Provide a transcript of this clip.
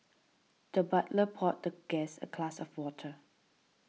the butler poured the guest a class of water